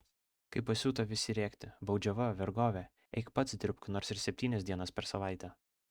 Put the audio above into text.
kai pasiuto visi rėkti baudžiava vergovė eik pats dirbk nors ir septynias dienas per savaitę